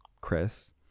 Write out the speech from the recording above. Chris